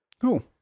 cool